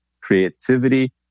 creativity